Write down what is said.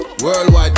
Worldwide